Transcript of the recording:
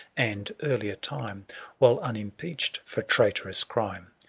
and earlier time while unimpeached for traitorous crime,